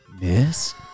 miss